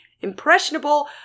impressionable